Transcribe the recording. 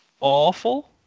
awful